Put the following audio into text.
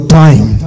time